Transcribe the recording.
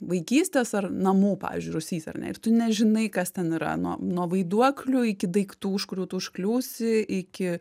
vaikystės ar namų pavyzdžiui rūsys ar ne ir tu nežinai kas ten yra nuo nuo vaiduoklių iki daiktų už kurių tu užkliūsi iki